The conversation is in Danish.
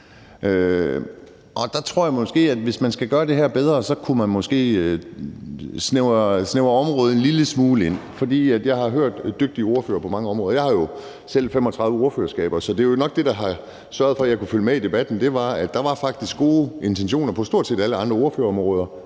Der tror jeg, at hvis man skal gøre det her bedre, kunne man måske snævre området en lille smule ind. For jeg har hørt dygtige ordførere på mange områder. Jeg har jo selv 35 ordførerskaber, så det er jo nok det, der har sørget for, jeg kunne følge med i debatten. Der var faktisk gode intentioner på stort set alle andre ordførerområder